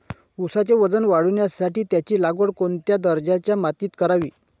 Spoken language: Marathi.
ऊसाचे वजन वाढवण्यासाठी त्याची लागवड कोणत्या दर्जाच्या मातीत करावी?